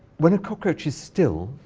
when the cockroach is still,